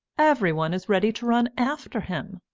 every one is ready to run after him.